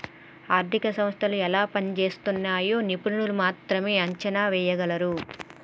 ఆర్థిక వ్యవస్థలు ఎలా పనిజేస్తున్నయ్యో నిపుణులు మాత్రమే అంచనా ఎయ్యగలరు